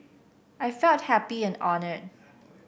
I felt happy and honoured